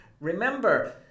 Remember